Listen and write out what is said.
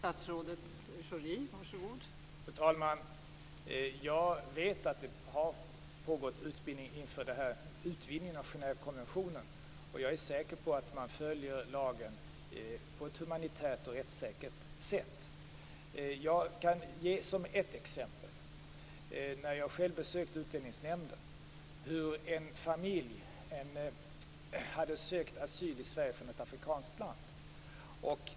Fru talman! Jag vet att det har pågått utbildning inför utvidgningen av Genèvekonventionen. Jag är säker på att man följer lagen på ett humanitärt och rättssäkert sätt. Jag kan ge ett exempel från när jag själv besökte Utlänningsnämnden. En familj från ett afrikanskt land hade sökt asyl i Sverige.